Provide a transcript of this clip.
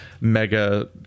mega